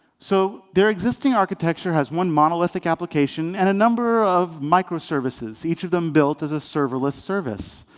so their existing architecture has one monolithic application and a number of microservices, each of them built as a serverless service.